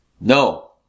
No